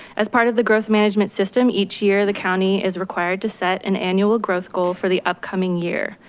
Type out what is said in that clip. as part of the growth management system each year the county is required to set an annual growth goal for the upcoming year.